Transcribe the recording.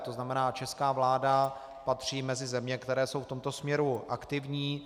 To znamená, česká vláda patří mezi země, které jsou v tomto směru aktivní.